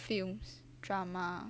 films drama